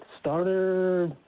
starter